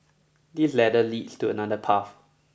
this ladder leads to another path